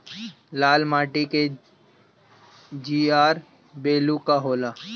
लाल माटी के GR value का होला?